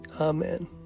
Amen